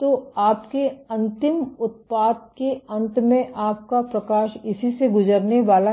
तो आपके अंतिम उत्पाद के अंत में आपका प्रकाश इसी से गुजरने वाला है